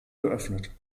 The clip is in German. geöffnet